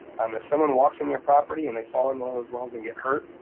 um if someone walks in your property and they fall in one of those wells and get hurt,